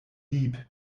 deep